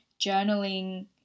Journaling